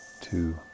two